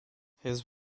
his